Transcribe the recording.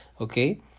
okay